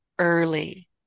Early